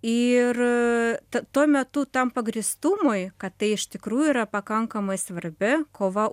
ir tuo metu tam pagrįstumui kad tai iš tikrųjų yra pakankamai svarbi kova